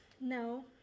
No